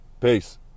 Peace